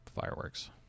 fireworks